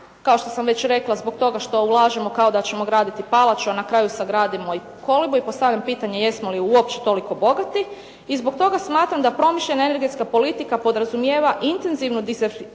kao što sam već rekla, zbog toga što ulažemo kao da ćemo graditi palaču, a na kraju sagradimo kolibu i postavljam pitanje jesmo li uopće toliko bogati. I zbog toga smatram da promišljena energetska politika podrazumijeva intenzivnu diverzifikaciju